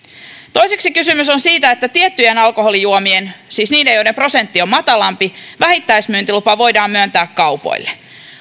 toiseksi kysymys on siitä että tiettyjen alkoholijuomien siis niiden joiden prosentti on matalampi vähittäismyyntilupa voidaan myöntää kaupoille